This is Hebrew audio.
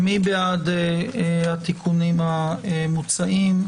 מי בעד התיקונים המוצעים?